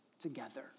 together